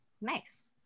Nice